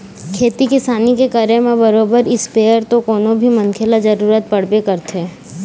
खेती किसानी के करे म बरोबर इस्पेयर तो कोनो भी मनखे ल जरुरत पड़बे करथे